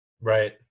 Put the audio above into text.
Right